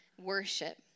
Worship